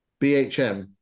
BHM